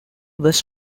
was